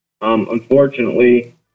Unfortunately